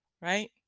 right